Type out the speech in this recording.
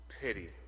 pity